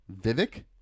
Vivek